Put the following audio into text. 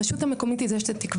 הרשות המקומית היא זו שתקבע.